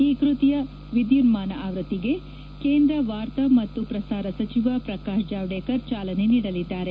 ಈ ಕೃತಿಯ ವಿದ್ಯುನ್ಮಾನ ಆವೃತ್ತಿಗೆ ಇ ಬುಕ್ ಕೇಂದ್ರ ವಾರ್ತಾ ಮತ್ತು ಪ್ರಸಾರ ಸಚಿವ ಪ್ರಕಾಶ್ ಜಾವಡೇಕರ್ ಚಾಲನೆ ನೀಡಲಿದ್ದಾರೆ